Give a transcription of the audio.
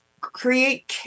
create